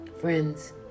Friends